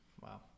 Wow